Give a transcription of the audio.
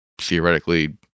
theoretically